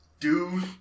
Dude